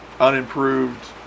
unimproved